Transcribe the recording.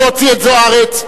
להוציא את זוארץ.